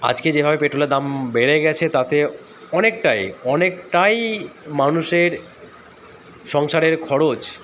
আজকে যেভাবে পেট্রোলের দাম বেড়ে গেছে তাতে অনেকটাই অনেকটাই মানুষের সংসারের খরচ